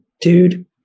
dude